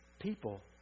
people